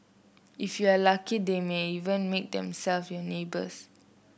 if you are lucky they might even make themselves your neighbours